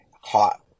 hot